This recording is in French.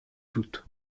doute